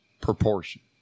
proportion